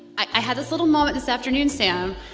i had this little moment this afternoon, sam.